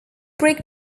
brick